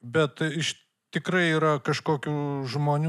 bet iš tikrai yra kažkokių žmonių